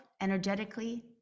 energetically